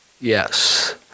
Yes